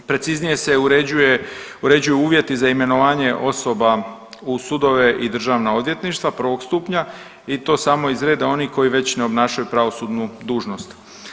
Preciznije se uređuje, uređuju uvjeti za imenovanje osoba u sudove i državna odvjetništva prvo stupnja i to samo iz reda onih koji već ne obnašaju pravosudnu dužnost.